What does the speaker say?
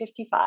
55